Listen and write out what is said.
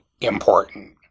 important